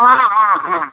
ஆ ஆ ஆ